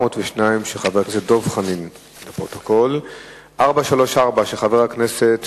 חבר הכנסת דב חנין שאל את שר הבריאות